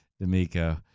D'Amico